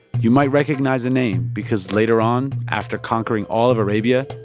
you might recognize the name because later on, after conquering all of arabia,